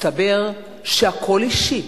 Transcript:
מסתבר שהכול אישי,